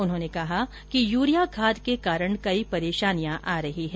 उन्होंने कहा कि युरिया खाद के कारण कई परेशानियां आ रही है